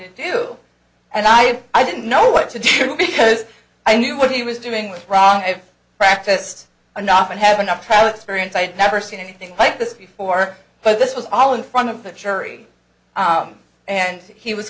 to do and i i didn't know what to do because i knew what he was doing was wrong i have practiced enough and have enough trial experience i had never seen anything like this before but this was all in front of the jury and he was